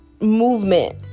movement